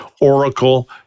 Oracle